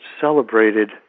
celebrated